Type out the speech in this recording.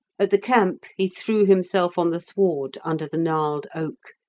at the camp he threw himself on the sward, under the gnarled oak,